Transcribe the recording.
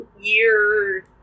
year